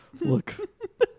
Look